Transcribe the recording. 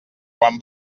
quan